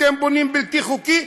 אתם בונים בלתי חוקי.